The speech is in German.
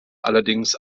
allerdings